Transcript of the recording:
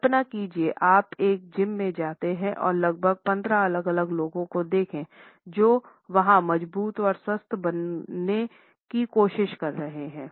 कल्पना कीजिए आप एक एक जिम में जाते है और 15 अलग अलग लोगों को देखें जो वहाँ मजबूत और स्वस्थ बनने कोशिश कर रहे हैं